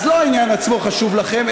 אז לא העניין עצמו חשוב לכם,